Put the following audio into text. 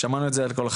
ושמענו את זה על קולך,